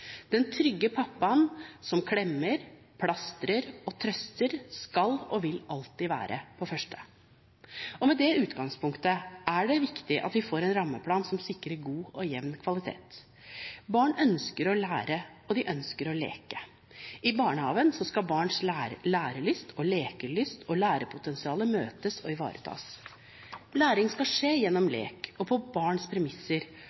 Den trygge pappaen som klemmer, plastrer og trøster, skal og vil alltid være på førsteplass. Med det utgangspunktet er det viktig at vi får en rammeplan som sikrer god og jevn kvalitet. Barn ønsker å lære, og de ønsker å leke. I barnehagen skal barns lærelyst, lekelyst og læringspotensial møtes og ivaretas. Læring skal skje gjennom lek og på barns premisser,